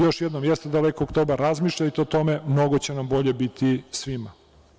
Još jednom, jeste daleko oktobar, razmišljajte o tome, mnogo će nam bolje biti svima.